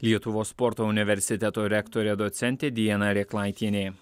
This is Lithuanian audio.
lietuvos sporto universiteto rektorė docentė diana rėklaitienė